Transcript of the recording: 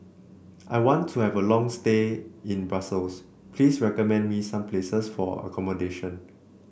I want to have a long stay in Brussels Please recommend me some places for accommodation